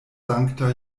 sankta